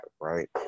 right